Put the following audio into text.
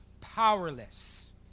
powerless